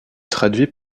traduit